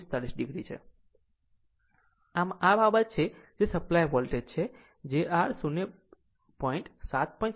આમ આ આ બાબત છે જે સપ્લાય વોલ્ટેજ છે જે r 7